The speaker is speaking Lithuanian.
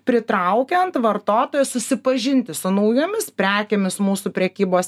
pritraukiant vartotojus susipažinti su naujomis prekėmis mūsų prekybos